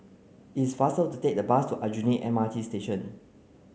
it's faster to take the bus to Aljunied M R T Station